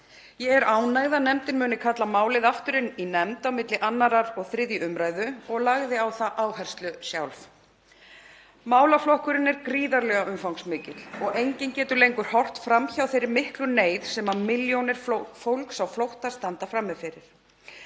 Ég er ánægð að nefndin muni kalla málið aftur inn í nefnd á milli 2. og 3. umr. og lagði á það áherslu sjálf. Málaflokkurinn er gríðarlega umfangsmikill og enginn getur lengur horft fram hjá þeirri miklu neyð sem milljónir fólks á flótta standa frammi fyrir.